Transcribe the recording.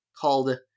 called